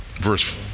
Verse